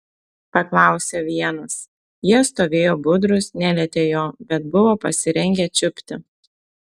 paklausė vienas jie stovėjo budrūs nelietė jo bet buvo pasirengę čiupti